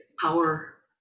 power